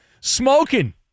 smoking